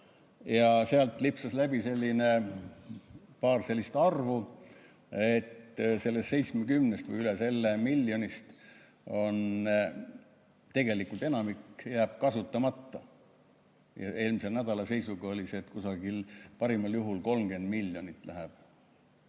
ja seal lipsas läbi paar sellist arvu, et sellest 70 või üle selle miljonist tegelikult enamik jääb kasutamata. Eelmise nädala seisuga oli see, et parimal juhul kusagil 30 miljonit kulub